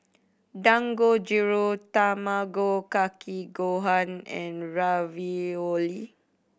Dangojiru Tamago Kake Gohan and Ravioli